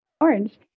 Orange